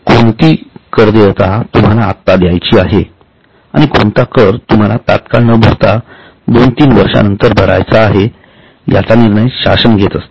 कोणती कर देयता तुम्हाला आत्ता द्यायची आहे आणि कोणता कर तुम्हाला तात्काळ न भरता दोन तीन वर्षानंतर भरावयाचाआहे याचा निर्णय शासन घेत असते